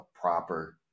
proper